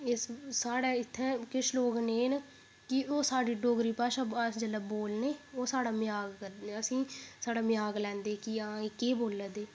इससाढे इत्थै किश लोक नेह् न कि ओह् साढ़ी डोगरी भाशा अस जेल्लै बोलने ओह् साढा मज़ाक कर असें ई मजाक लैंदे कि हां एह् केह् बोल्लै दे